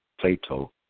Plato